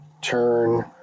turn